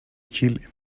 chile